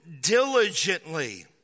diligently